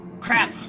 Crap